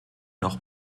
noch